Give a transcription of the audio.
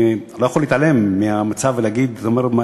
אני לא יכול להתעלם מהמצב בלי להגיד: אתה אומר,